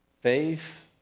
Faith